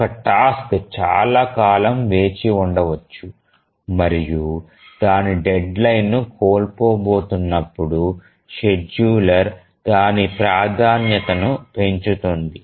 ఒక టాస్క్ చాలా కాలం వేచి ఉండవచ్చు మరియు దాని డెడ్లైన్ను కోల్పోబోతున్నప్పుడు షెడ్యూలర్ దాని ప్రాధాన్యతను పెంచుతుంది